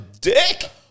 dick